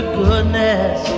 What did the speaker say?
goodness